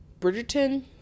Bridgerton